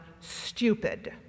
stupid